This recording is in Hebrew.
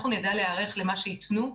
אנחנו נדע להיערך למה שייתנו,